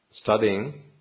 studying